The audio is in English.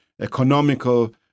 economical